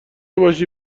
باشی